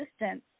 assistance